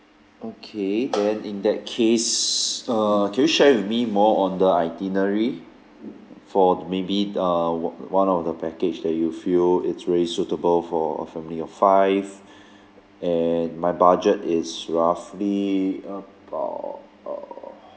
okay then in that case uh can you share with me more on the itinerary for maybe uh one of the package that you feel it's really suitable for a family of five and my budget is roughly about uh